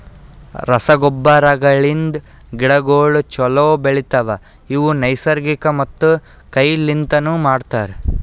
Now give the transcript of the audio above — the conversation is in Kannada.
ರಸಗೊಬ್ಬರಗಳಿಂದ್ ಗಿಡಗೋಳು ಛಲೋ ಬೆಳಿತವ, ಇವು ನೈಸರ್ಗಿಕ ಮತ್ತ ಕೈ ಲಿಂತನು ಮಾಡ್ತರ